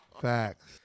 Facts